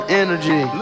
energy